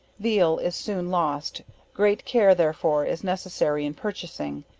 veal, is soon lost great care therefore is necessary in purchasing.